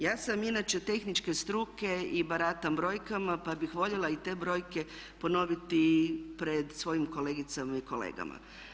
Ja sam inače tehničke struke i baratam brojkama pa bih voljela i te brojke ponoviti pred svojim kolegicama i kolegama.